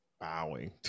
Bowing